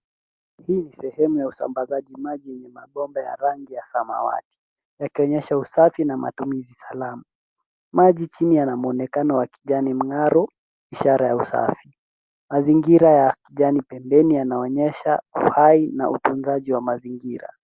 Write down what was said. Hii ni sehemu ya usambazaji maji yenye mabomba ya rangi ya samawati yakionyesha usafi na matumizi salama. Maji chini yana mwonekano wa kijani mng'aro ishara ya usafi. Mazingira ya kijani pembeni yanaonyesha uhai na utunzaji wa mazingira.